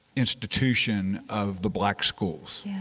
institution of the black schools yeah